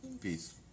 Peace